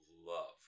love